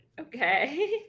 okay